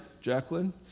Jacqueline